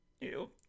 ew